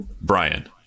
Brian